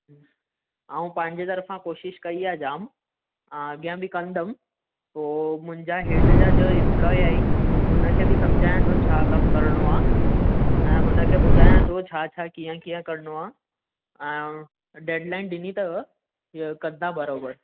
आउं पंहिंजे घर खां कोशिशि कई आहे जामु अॻियां बि कंदमि पोइ मुंहिजा हेठि जा जो इम्प्लोई आहिनि हुन खे बि समुझायां थो छा कमु करिणो आहे ऐं हुन खे ॿुधायां थो छा छा कीअं कीअं करिणो आहे डैडलाइन ॾिनी अथव कंदा बरोबर